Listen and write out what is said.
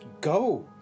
go